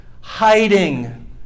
Hiding